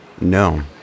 No